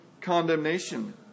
condemnation